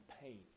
pain